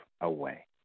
away